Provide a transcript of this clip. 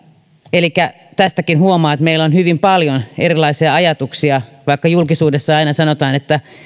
elikkä tästäkin huomaa että meillä on hyvin paljon erilaisia ajatuksia vaikka julkisuudessa aina sanotaan että